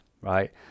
right